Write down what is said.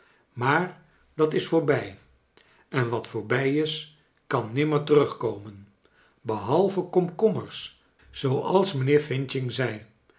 maar dat is voorbij en wat voorbij is kan nimmer terugkomen behalve komkommers zooals mijnheer f zei